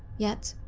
yet,